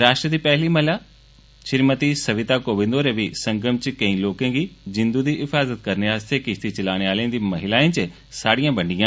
राश्ट्र दी पैह्ली महिला श्रीमती सविता कोविंद होरें संगम च केईं लोकें दी जिंदु दी हिफाज़त करने आस्तै किष्ती चलाने आह्लें दिएं महिलाएं च साड़ियां बंड्डियां